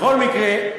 בכל מקרה,